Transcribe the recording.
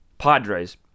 Padres